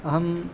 अहं